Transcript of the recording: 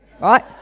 right